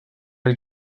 jak